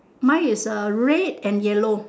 mine is a red and yellow